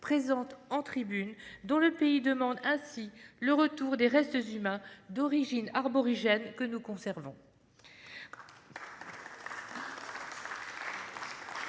présente en tribune, dont le pays demande le retour des restes humains d'origine aborigène que nous conservons. Comme tous les